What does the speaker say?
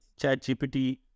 ChatGPT